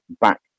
back